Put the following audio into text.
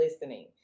listening